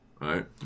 Right